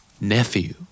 Nephew